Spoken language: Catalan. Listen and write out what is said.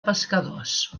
pescadors